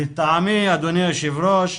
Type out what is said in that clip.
לטעמי, אדוני היושב ראש,